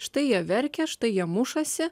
štai jie verkia štai jie mušasi